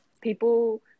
people